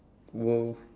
!whoa!